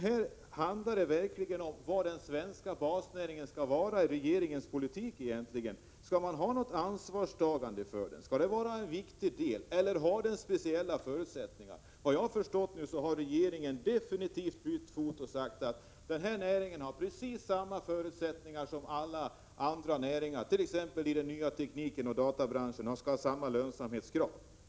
Här handlar det om var den svenska basindustrin egentligen ligger i regeringens politik. Skall det vara en viktig del i regeringens politik att ta sitt ansvar här, eller gäller speciella förutsättningar? Såvitt jag förstår har regeringen definitivt bytt fot och säger nu: Den här näringen har precis samma förutsättningar som alla andra näringar, t.ex. den nya tekniken och databranschen, och samma lönsamhetskrav skall gälla.